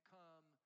come